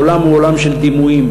העולם הוא עולם של דימויים.